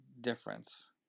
difference